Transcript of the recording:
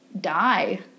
die